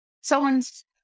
someone's